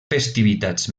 festivitats